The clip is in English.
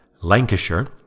Lancashire